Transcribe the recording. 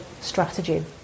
strategy